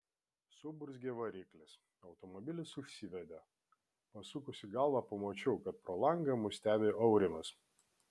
suburzgė variklis automobilis užsivedė pasukusi galvą pamačiau kad pro langą mus stebi aurimas